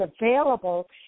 available